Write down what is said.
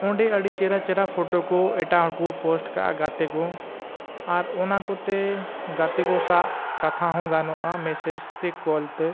ᱚᱸᱰᱮ ᱟᱹᱰᱤ ᱪᱮᱦᱨᱟ ᱪᱮᱦᱨᱟ ᱯᱷᱳᱴᱳ ᱠᱚ ᱮᱴᱟᱜ ᱦᱚᱲ ᱠᱚ ᱯᱳᱥᱴ ᱠᱟᱜᱼᱟ ᱜᱟᱛᱮ ᱠᱚ ᱟᱨ ᱚᱱᱟ ᱠᱚᱛᱮ ᱜᱟᱛᱮ ᱠᱚ ᱥᱟᱶ ᱠᱟᱛᱷᱟ ᱦᱚᱸ ᱜᱟᱱᱚᱜᱼᱟ ᱢᱮᱥᱮᱡᱽ ᱛᱮ ᱠᱚᱞ ᱛᱮ